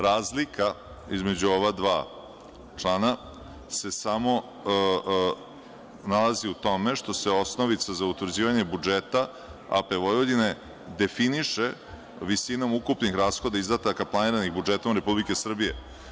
Razlika između ova dva člana se samo nalazi u tome što se osnovica za utvrđivanje budžeta AP Vojvodine definiše visinom ukupnih rashoda i izdataka planiranih budžetom Republike Srbije.